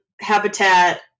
habitat